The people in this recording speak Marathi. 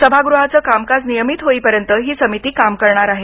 सभागृहाचं कामकाज नियमित होईपर्यंत ही समिती काम करणार आहे